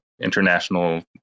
international